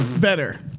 Better